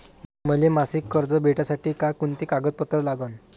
मले मासिक कर्ज भेटासाठी का कुंते कागदपत्र लागन?